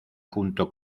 junto